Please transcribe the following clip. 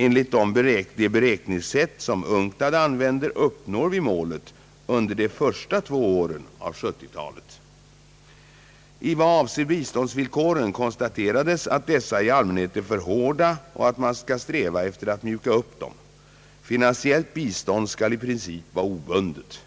Enligt det beräkningssätt UNCTAD använder uppnår vi målet under de första två åren av 1970-talet. I vad avser biståndsvillkoren konstaterades att dessa i allmänhet är för hårda och att man skall sträva efter att mjuka upp dem. Finansiellt bistånd skall i princip vara obundet.